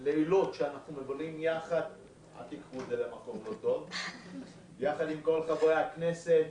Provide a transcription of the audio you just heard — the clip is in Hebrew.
לילות שאנחנו מבלים יחד עם כל חברי הכנסת,